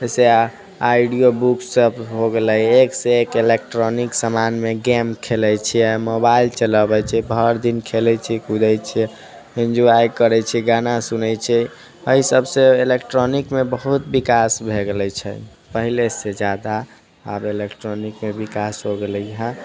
जैसे audio book सब हो गेलै एक से एक इलेक्ट्रॉनिक समानमे गेम खेलै छियै मोबाइल चलबै छी भरि दिन खेलै छी कुदै छी एन्जॉय करै छी गाना सुनै छै एहि सबसँ इलेट्रॉनिकमे बहुत विकास भए गेलै छै पहिलेसँ जादा आब इलेक्ट्रॉनिक्समे विकास हो गेलै हँ